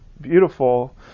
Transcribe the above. beautiful